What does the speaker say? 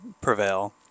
prevail